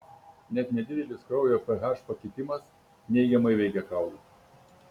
net nedidelis kraujo ph pakitimas neigiamai veikia kaulus